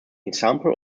example